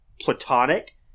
platonic